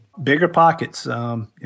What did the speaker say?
BiggerPockets